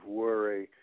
worry